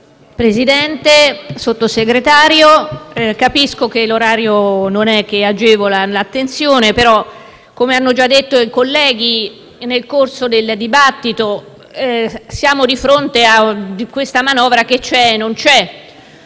Presidente, signor Sottosegretario, capisco che l'orario non agevola l'attenzione, ma, come hanno già detto i colleghi nel corso del dibattito, siamo di fronte ad una manovra che c'è e non c'è.